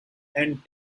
and